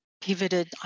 pivoted